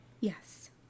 Yes